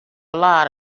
lot